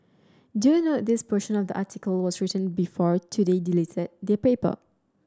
do note this portion of the article was written before Today deleted their paper